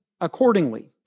accordingly